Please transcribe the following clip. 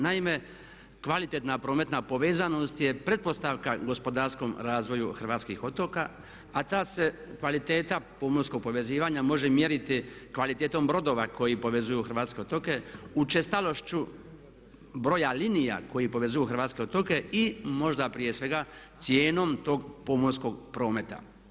Naime, kvalitetna prometna povezanost je pretpostavka gospodarskom razvoju hrvatskih otoka, a ta se kvaliteta pomorskog povezivanja može mjeriti kvalitetom brodova koji povezuju hrvatske otoke učestalošću broja linija koji povezuju hrvatske otoke i možda prije svega cijenom tog pomorskog prometa.